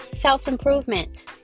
self-improvement